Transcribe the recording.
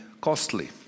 costly